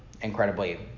incredibly